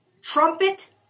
trumpet